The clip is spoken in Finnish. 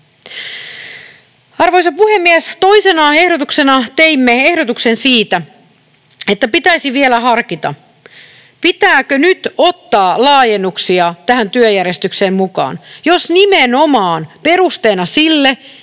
Arvoisa puhemies! Toisena ehdotuksena teimme ehdotuksen siitä, että pitäisi vielä harkita, pitääkö nyt ottaa laajennuksia tähän työjärjestykseen mukaan, nimenomaan perusteena sille,